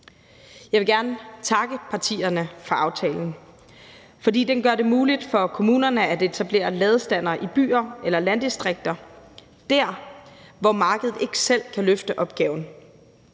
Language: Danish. Jeg vil gerne takke partierne for aftalen, fordi den gør det muligt for kommunerne at etablere ladestandere i byer eller landdistrikter – dér, hvor markedet ikke selv kan løfte opgaven.